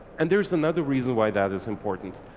and there's another reason why that is important.